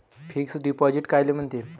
Fix deposit कायले म्हनते?